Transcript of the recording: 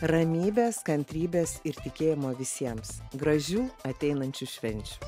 ramybės kantrybės ir tikėjimo visiems gražių ateinančių švenčių